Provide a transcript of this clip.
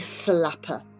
slapper